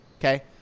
Okay